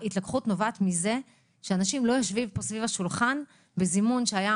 שהיא נובעת מזה שאנשים לא יושבים פה סביב השולחן בזימון שהיה